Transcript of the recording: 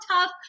tough